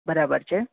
બરાબર છે